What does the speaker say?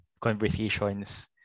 conversations